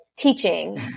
teaching